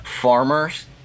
farmers